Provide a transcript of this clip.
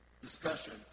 discussion